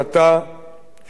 שאני מסכים עמה